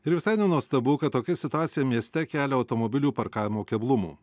ir visai nenuostabu kad tokia situacija mieste kelia automobilių parkavimo keblumų